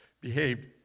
behaved